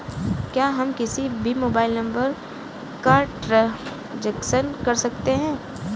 क्या हम किसी भी मोबाइल नंबर का ट्रांजेक्शन कर सकते हैं?